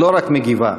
ולא רק מגיבה,